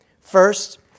First